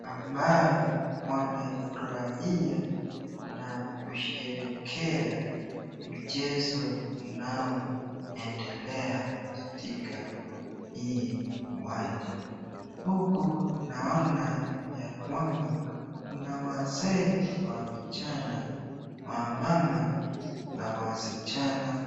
ambao wanaifurahia na kusherehekea mchezo unaoendelea katika huu uwanja. Kuku naona yakwamba kuna wazee, vijana, wamama na wasichana.